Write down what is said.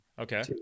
Okay